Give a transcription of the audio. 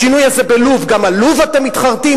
השינוי הזה בלוב, גם על לוב אתם מתחרטים?